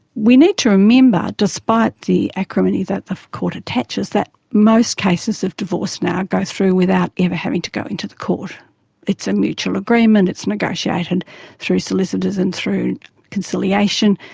we need to remember, despite the acrimony that the court attaches, that most cases of divorce now go through without ever having to go into the court it's a mutual agreement, it's negotiated through solicitors and through conciliation,